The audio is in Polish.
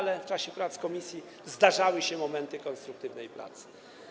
Ale w czasie prac komisji zdarzały się momenty konstruktywnej pracy.